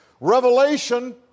revelation